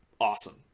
Awesome